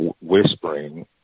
whispering